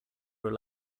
were